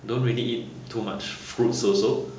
don't really eat too much fruits also